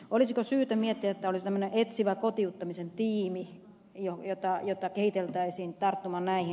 olisiko syytä miettiä että olisi tämmöinen etsivä kotiuttamisen tiimi jota kehiteltäisiin tarttumaan näihin